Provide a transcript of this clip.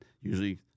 usually